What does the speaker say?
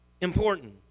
important